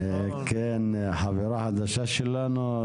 חברה חדשה שלנו.